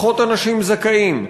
פחות אנשים זכאים,